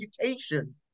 education